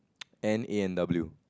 and A_N_W